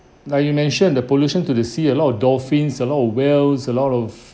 like you mentioned the pollution to the sea a lot of dolphins a lot of whales a lot of